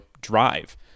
drive